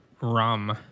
rum